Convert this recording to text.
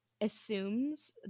assumes